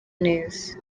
neza